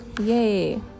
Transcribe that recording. Yay